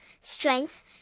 strength